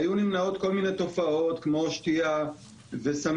והיו נמנעות כל מיני תופעות כמו שתייה וסמים,